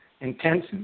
intense